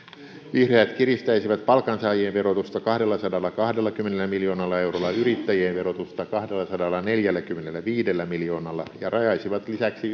vihreät kiristäisivät palkansaajien verotusta kahdellasadallakahdellakymmenellä miljoonalla eurolla yrittäjien verotusta kahdellasadallaneljälläkymmenelläviidellä miljoonalla ja rajaisivat lisäksi